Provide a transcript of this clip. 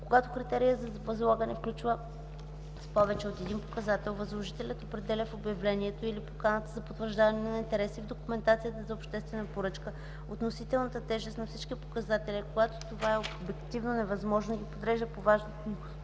Когато критерият за възлагане включва повече от един показател, възложителят определя в обявлението или поканата за потвърждаване на интерес и в документацията за обществена поръчка относителната тежест на всички показатели, а когато това е обективно невъзможно, ги подрежда по важност в